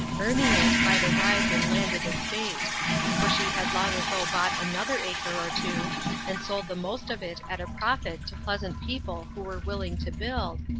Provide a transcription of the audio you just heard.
earning it by the rise in landed estate for she had long ago bought another acre or two and sold the most of it at a profit to pleasant people who were willing to build,